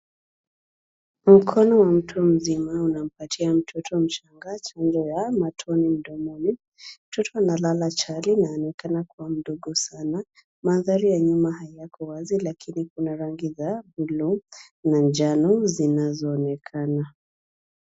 Mkono wa mtu mzima unampatia mtoto mchanga chanja ya matone mdomoni. Mtoto analala chali na anaonekana kuwa mdogo sana. Mandhari ya nyuma hayako wazi lakini kuna rangi za buluu na njano zinazoonekana.